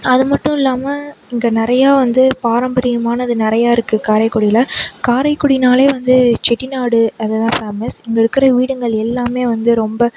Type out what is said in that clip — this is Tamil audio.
அது மட்டும் இல்லாமல் இங்கே நிறையா வந்து பாரம்பரியமானது நிறையா இருக்கு காரைக்குடியில் காரைக்குடினாலே வந்து செட்டிநாடு அது தான் ஃபேமஸ் இங்கே இருக்கிற வீடுங்கள் எல்லாம் வந்து ரொம்ப